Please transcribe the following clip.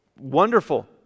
Wonderful